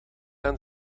aan